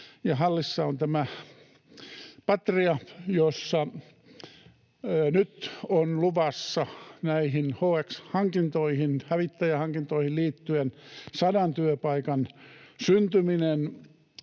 Hallissa on Patria, jossa on luvassa HX-hävittäjähankintoihin liittyen sadan työpaikan syntyminen.